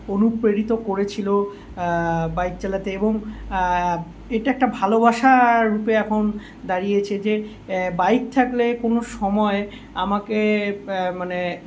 অনুপ্রেরিত করেছিলো বাইক চালাতে এবং এটা একটা ভালোবাসা রূপে এখন দাঁড়িয়েছে যে বাইক থাকলে কোনো সময় আমাকে মানে